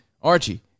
Archie